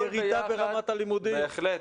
בהחלט.